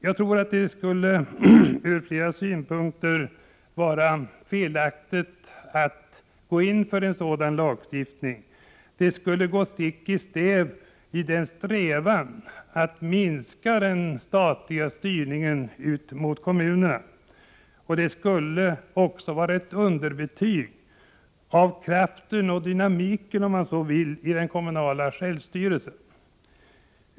Jag tror att det ur flera synpunkter skulle vara felaktigt att gå in för en sådan lagstiftning — det skulle gå stick i stäv mot strävan att minska den statliga styrningen gentemot kommunerna. Det skulle också vara ett underbetyg på kraften och dynamiken i den kommunala självstyrelsen.